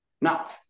Now